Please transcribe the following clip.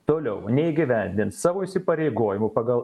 toliau neįgyvendins savo įsipareigojimų pagal